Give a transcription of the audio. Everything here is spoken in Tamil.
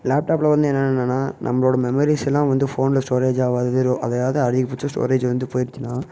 லேப்டாப்பில் வந்து என்னென்னனா நம்மளோட மெமரிஸுலாம் வந்து ஃபோன்ல ஸ்டோரேஜ் ஆகாது அதாவது அதிகப்பட்ச ஸ்டோரேஜூ வந்து போயிட்ச்சுனால்